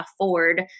afford